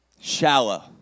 Shallow